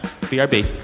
BRB